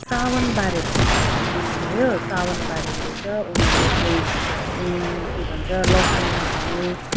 साउन बारेको रहेछ बुझ्नुभयो साउन बारेको रहेछ उनीहरूले कोही के भन्छ लसुन नखाने